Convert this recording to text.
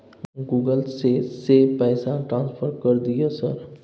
Google से से पैसा ट्रांसफर कर दिय सर?